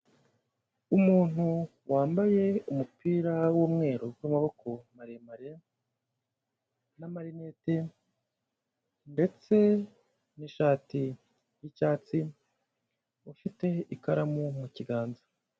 Umuntu wambaye umupira w'umweru w'amaboko maremare na marinete ndetse n'ishati yicyatsi, ufite ikaramu mu kiganza.